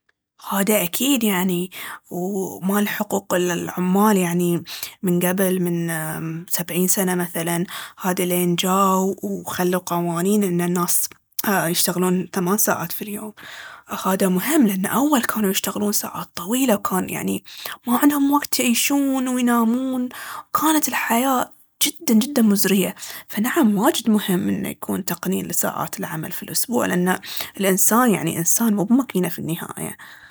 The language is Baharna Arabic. هذا أكيد يعني، ومال حقوق العمال يعني من قبل من أمم سبعين سنة مثلاً، هذا لين جاو وخلوا قوانين إن الناس يشتغلون ثمان ساعات في اليوم، هذا مهم لأن أول كانوا يشتغلون ساعات طويلة وكان يعني ما عندهم وقت يعيشون وينامون. وكانت الحياة جداً جداً مزرية. فنعم، واجد مهم ان يكون تقنين لساعات العمل في الأسبوع، لأن الإنسان يعني إنسان مب مكينة في النهاية.